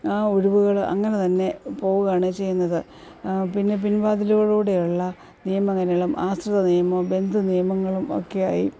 ആ ഒഴിവുകൾ അങ്ങനെതന്നെ പോകുവാണേ ചെയ്യുന്നത് പിന്നെ പിൻവാതിലുകളൂടെയുള്ള നിയമനങ്ങളും ആശ്രിത നിയമവും ബന്ധു നിയമങ്ങളും ഒക്കെ ആയി